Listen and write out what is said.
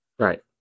right